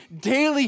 daily